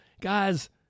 Guys